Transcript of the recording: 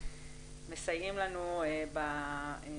שהם מסייעים לנו בהנגשה.